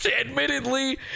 Admittedly